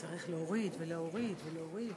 צריך להוריד ולהוריד ולהוריד.